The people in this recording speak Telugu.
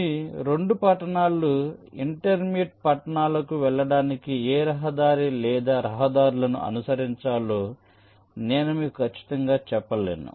మీ 2 పట్టణాలు ఇంటర్మీడియట్ పట్టణాలకు వెళ్ళడానికి ఏ రహదారి లేదా రహదారులను అనుసరించాలో నేను మీకు ఖచ్చితంగా చెప్పలేను